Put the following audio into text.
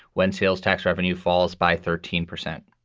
when sales tax revenue falls by thirteen percent?